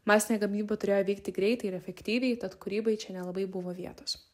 masinė gamyba turėjo vykti greitai ir efektyviai tad kūrybai čia nelabai buvo vietos